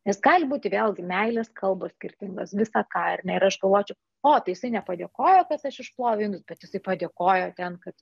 nes gali būti vėlgi meilės kalbos skirtingos visą ką ar ne ir aš galvočiau o tai jisai nepadėkojo kad aš išploviau indus bet jisai padėkojo ten kad